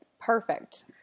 Perfect